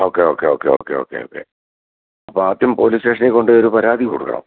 okay okay okay okay okay okay അപ്പോൾ ആദ്യം police സ്റ്റേഷനിൽ കൊണ്ടുപോയി ഒരു പരാതി കൊടുക്കണം